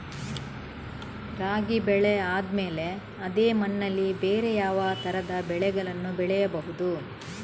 ರಾಗಿ ಬೆಳೆ ಆದ್ಮೇಲೆ ಅದೇ ಮಣ್ಣಲ್ಲಿ ಬೇರೆ ಯಾವ ತರದ ಬೆಳೆಗಳನ್ನು ಬೆಳೆಯಬಹುದು?